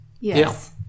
Yes